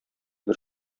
бер